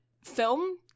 film